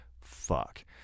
Fuck